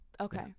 okay